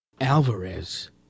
Alvarez